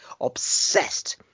obsessed